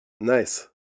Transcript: Nice